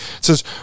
says